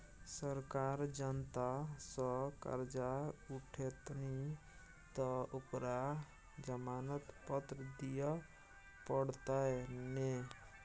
सरकार जनता सँ करजा उठेतनि तँ ओकरा जमानत पत्र दिअ पड़तै ने